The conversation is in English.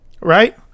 Right